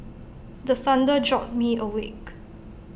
the thunder jolt me awake